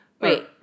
wait